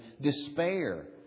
despair